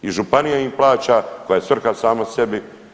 I županija im plaća, koja je svrha sama sebi.